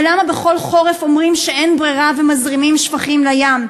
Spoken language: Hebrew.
אבל למה בכל חורף אומרים שאין ברירה ומזרימים שפכים לים?